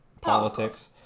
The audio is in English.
politics